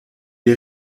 est